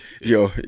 yo